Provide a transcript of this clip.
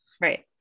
Right